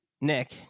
Nick